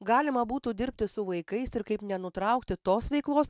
galima būtų dirbti su vaikais ir kaip nenutraukti tos veiklos